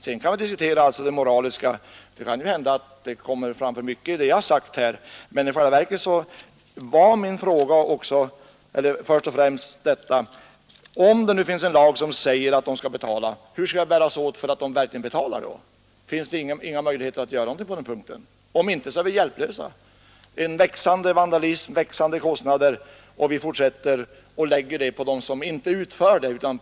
Sedan kan man naturligtvis diskutera de moraliska aspekterna också — en del sådana kanske kom fram i vad jag sade. I själva verket gällde min fråga först och främst detta: Om det nu finns en lag som säger att de som vållar skadan skall betala, hur skall vi då bära oss åt för att få dem att verkligen betala? Finns det inga möjligheter att göra någonting på den punkten? Om inte: är vi hjälplösa. En växande vandalism ger ökade kostnader som vi fortsätter med att lägga på dem som inte åstadkommer skadorna.